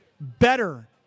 better